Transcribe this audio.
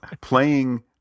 playing